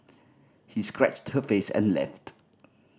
he scratched her face and left